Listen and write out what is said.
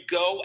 go